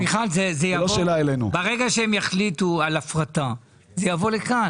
מיכל, כאשר הם יחליטו על הפרטה זה יבוא לכאן.